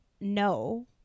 No